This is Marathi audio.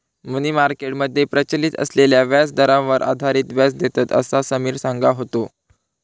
मनी मार्केट मध्ये प्रचलित असलेल्या व्याजदरांवर आधारित व्याज देतत, असा समिर सांगा होतो